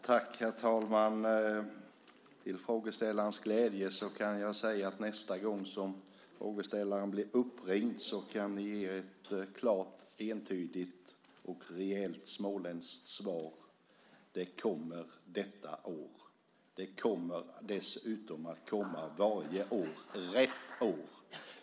Herr talman! Till frågeställarens glädje kan jag säga att nästa gång som frågeställaren blir uppringd kan hon ge ett klart, entydigt och rejält småländskt svar: Det kommer detta år. Det kommer dessutom varje gång att komma rätt år.